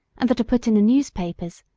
and that are put in the newspapers,